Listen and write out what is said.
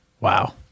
Wow